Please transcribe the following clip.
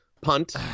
Punt